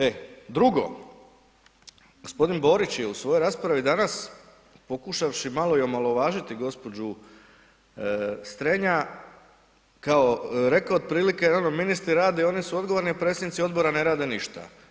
E drugo, gospodin Borić je u svojoj raspravi danas pokušavši malo i omalovažiti gospođu Strenja kao rekao otprilike ono ministri rade i oni su odgovorni, a predsjednici odbora ne rade ništa.